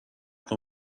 can